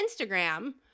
Instagram